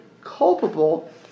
culpable